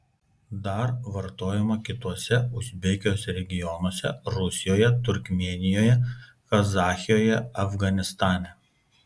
dar vartojama kituose uzbekijos regionuose rusijoje turkmėnijoje kazachijoje afganistane